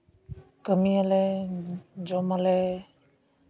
ᱠᱟᱹᱢᱤᱭᱟᱞᱮ ᱡᱚᱢ ᱟᱞᱮ